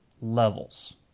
levels